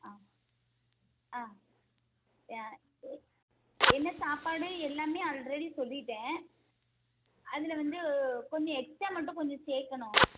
ஆமாம் ஆ என்ன சாப்பாடு எல்லாமே ஆல்ரெடி சொல்லிட்டேன் அதில் வந்து கொஞ்சம் எக்ஸ்ட்டா மட்டும் கொஞ்சம் சேர்க்கணும்